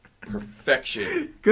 Perfection